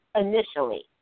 initially